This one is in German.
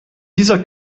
dieser